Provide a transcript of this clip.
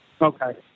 Okay